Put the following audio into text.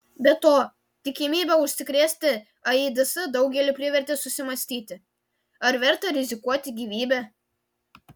be to tikimybė užsikrėsti aids daugelį privertė susimąstyti ar verta rizikuoti gyvybe